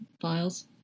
files